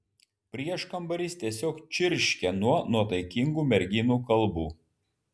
prieškambaris tiesiog čirškia nuo nuotaikingų merginų kalbų